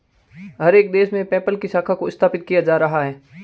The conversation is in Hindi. हर एक देश में पेपल की शाखा को स्थापित किया जा रहा है